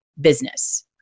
business